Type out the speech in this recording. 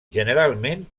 generalment